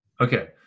Okay